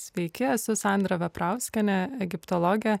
sveiki esu sandra veprauskienė egiptologė